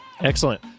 excellent